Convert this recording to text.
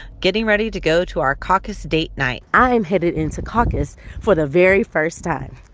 getting ready to go to our caucus date night i'm headed in to caucus for the very first time.